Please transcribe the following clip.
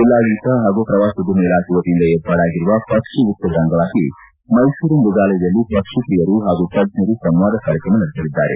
ಜಿಲ್ಲಾಡಳಿತ ಹಾಗೂ ಪ್ರವಾಸೋದ್ಯಮ ಇಲಾಖೆ ವತಿಯಿಂದ ವಿರ್ಪಾಡಾಗಿರುವ ಪಕ್ಷಿ ಉತ್ತವದ ಅಂಗವಾಗಿ ಮೈಸೂರು ಮೃಗಾಲಯದಲ್ಲಿ ಪಕ್ಷಿ ಪ್ರಿಯರು ಹಾಗೂ ತಜ್ಞರು ಸಂವಾದ ಕಾರ್ಯಕ್ರಮ ನಡೆಸಲಿದ್ದಾರೆ